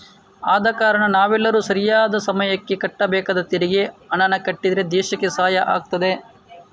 ಆದ ಕಾರಣ ನಾವೆಲ್ಲರೂ ಸರಿಯಾದ ಸಮಯಕ್ಕೆ ಕಟ್ಟಬೇಕಾದ ತೆರಿಗೆ ಹಣಾನ ಕಟ್ಟಿದ್ರೆ ದೇಶಕ್ಕೆ ಸಹಾಯ ಆಗ್ತದೆ